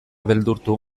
beldurtu